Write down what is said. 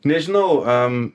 nežinau a